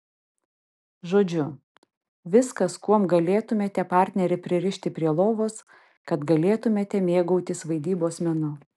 žodžiu viskas kuom galėtumėte partnerį pririšti prie lovos kad galėtumėte mėgautis vaidybos menu